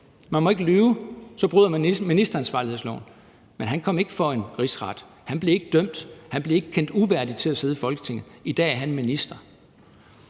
Man må ikke lyve, for så bryder man ministeransvarlighedsloven, men han kom ikke for en rigsret, han blev ikke dømt, han blev ikke kendt uværdig til at sidde i Folketinget. I dag er han minister.